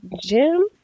Jim